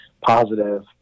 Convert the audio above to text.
positive